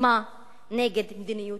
בעוצמה נגד מדיניות